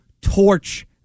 torch